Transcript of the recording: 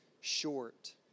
short